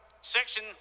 section